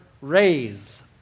raise